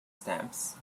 stamps